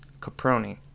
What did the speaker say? Caproni